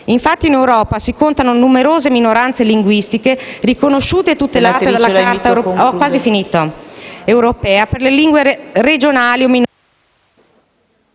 Infatti in Europa si contano numerose minoranze linguistiche, riconosciute e tutelate dalla Carta europea delle lingue regionali o minoritarie...